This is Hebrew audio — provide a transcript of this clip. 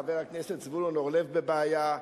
חבר הכנסת זבולון אורלב בבעיה,